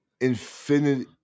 Infinity